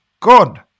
God